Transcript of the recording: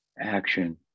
action